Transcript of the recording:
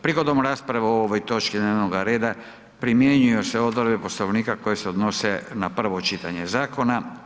Prigodom rasprave o ovoj točki dnevnog reda primjenjuju se odredbe Poslovnika koje se odnose na prvo čitanje zakona.